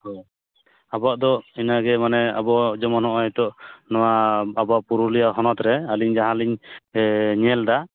ᱚ ᱟᱵᱚᱣᱟ ᱫᱚ ᱤᱱᱟᱹᱜᱮ ᱢᱟᱱᱮ ᱟᱵᱚ ᱡᱮᱢᱚᱱ ᱱᱚᱜᱼᱚᱭ ᱱᱤᱛᱚᱜ ᱱᱚᱣᱟ ᱟᱵᱚ ᱯᱩᱨᱩᱞᱤᱭᱟᱹ ᱦᱚᱱᱚᱛ ᱨᱮ ᱟᱹᱞᱤᱧ ᱡᱟᱦᱟᱸ ᱞᱤᱧ ᱧᱮᱞᱮᱫᱟ